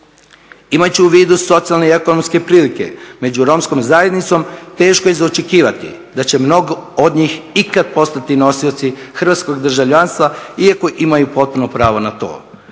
Imajući u vidu socijalne i ekonomske prilike među Romskom zajednicom teško je za očekivati da će mnogi od njih ikad postati nosioci hrvatskog državljanstva, iako imaju potpuno pravo na to.